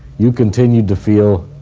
you continued to feel